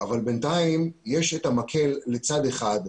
אבל בינתיים יש את המקל לצד אחד,